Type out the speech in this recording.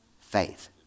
faith